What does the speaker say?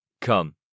Come